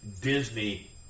Disney